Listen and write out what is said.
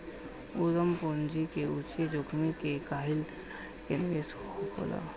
उद्यम पूंजी उच्च जोखिम में कईल गईल निवेश होखेला